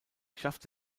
schafft